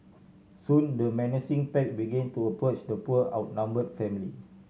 soon the menacing pack began to approach the poor outnumbered family